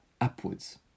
upwards